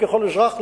ככל אזרח,